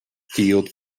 field